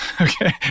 okay